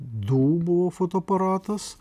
dūmų fotoaparatas